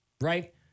right